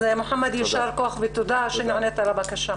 אז מוחמד, יישר כוח, ותודה שנענית לבקשה.